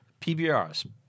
PBRs